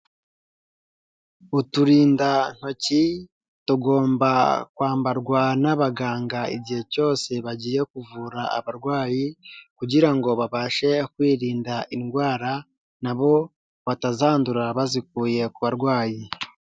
Uturindantoki tugomba kwambarwa n'abaganga igihe cyose bagiye kuvura abarwayi kugira ngo babashe kwirinda indwara, nabo batazandura bazikuye ku barwayi.